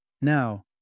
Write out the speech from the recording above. Now